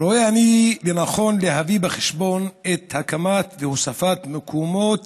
רואה אני לנכון להביא בחשבון את הקמת והוספת המקומות